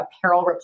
apparel